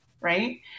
Right